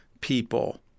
people